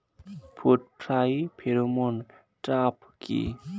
Fruit fly pheromone trap কি?